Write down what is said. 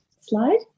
slide